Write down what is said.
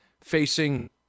facing